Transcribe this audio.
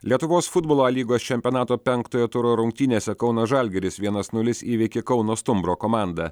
lietuvos futbolo a lygos čempionato penktojo turo rungtynėse kauno žalgiris vienas nulis įveikė kauno stumbro komandą